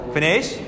Finish